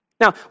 now